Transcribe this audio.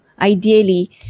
ideally